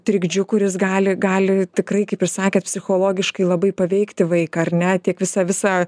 trikdžiu kuris gali gali tikrai kaip ir sakėt psichologiškai labai paveikti vaiką ar ne tiek visa visa